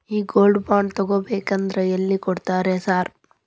ಈ gold bond ತಗಾಬೇಕಂದ್ರ ಎಲ್ಲಿ ಕೊಡ್ತಾರ ರೇ ಸಾರ್?